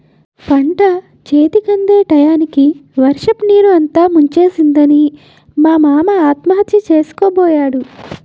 పంటచేతికందే టయానికి వర్షపునీరు అంతా ముంచేసిందని మా మామ ఆత్మహత్య సేసుకోబోయాడు